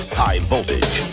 high-voltage